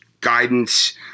guidance